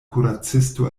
kuracisto